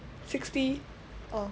sixty or